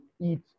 eat